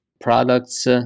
products